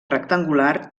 rectangular